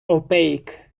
opaque